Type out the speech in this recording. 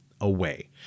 away